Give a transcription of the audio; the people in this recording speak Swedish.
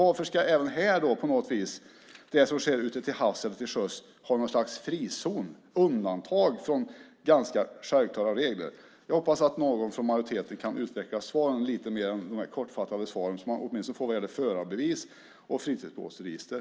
Varför ska det som sker ute till havs eller till sjöss vara något slags frizon och utgöra undantag från ganska självklara regler även på det här området? Jag hoppas att någon från majoriteten kan utveckla svaren lite mer än de kortfattade svaren åtminstone vad gäller förarbevis och fritidsbåtsregister.